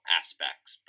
aspects